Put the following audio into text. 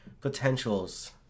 potentials